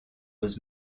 was